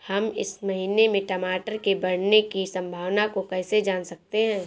हम इस महीने में टमाटर के बढ़ने की संभावना को कैसे जान सकते हैं?